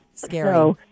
scary